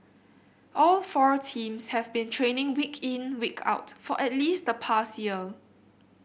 all four teams have been training week in week out for at least the past year